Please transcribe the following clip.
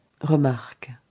Remarque